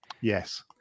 Yes